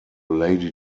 lady